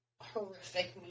horrific